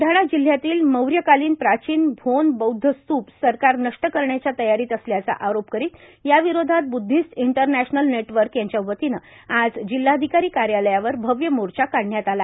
ब्लढाणा जिल्ह्यातील मौर्यकालीन प्राचीन भोन बौद्ध स्तूप सरकार नष्ट करण्याच्या तयारीत असल्याचा आरोप करीत याविरोधात ब्दधिस्ट इंटरनॅशनल नेटवर्क यांच्या वतीनं आज जिल्हाधिकारी कार्यालयावर भव्य मोर्चा काढण्यात आला